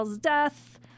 death